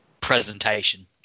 presentation